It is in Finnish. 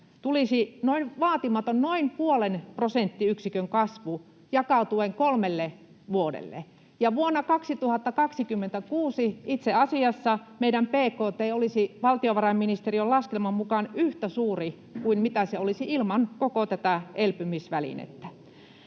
tulisi vaatimaton noin puolen prosenttiyksikön kasvu jakautuen kolmelle vuodelle. Ja vuonna 2026 itse asiassa meidän bkt olisi valtiovarainministeriön laskelman mukaan yhtä suuri kuin mitä se olisi ilman koko tätä elpymisvälinettä.